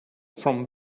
from